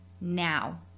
now